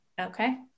okay